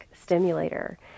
stimulator